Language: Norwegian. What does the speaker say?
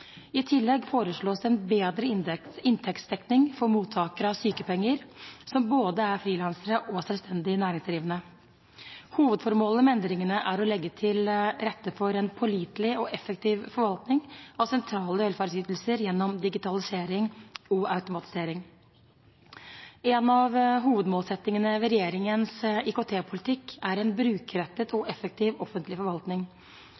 I tillegg foreslås en bedre inntektsdekning for mottakere av sykepenger som er både frilansere og selvstendig næringsdrivende. Hovedformålet med endringene er å legge til rette for en pålitelig og effektiv forvaltning av sentrale velferdsytelser gjennom digitalisering og automatisering. En av hovedmålsettingene med regjeringens IKT-politikk er en brukerrettet